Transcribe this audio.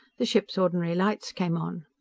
the ship's ordinary lights came on.